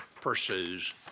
pursues